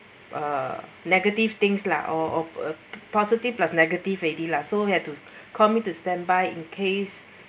uh negative things lah or or a positive plus negative already lah so he have to call me to standby in case